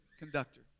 Conductor